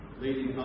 leading